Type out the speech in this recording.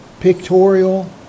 Pictorial